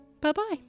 bye-bye